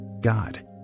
God